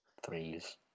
threes